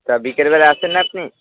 তা বিকেলবেলায় আসেন না আপনি